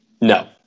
No